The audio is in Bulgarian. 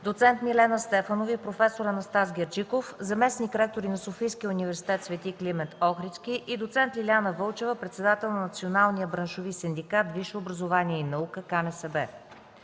доцент Милена Стефанова и проф. Анастас Герджиков – заместник-ректори на Софийски университет „Св. Климент Охридски” и доцент Лиляна Вълчева – председател на Национален браншов синдикат „Висше образование и наука” – КНСБ.